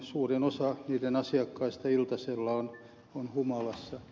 suurin osa niiden asiakkaista iltasella on humalassa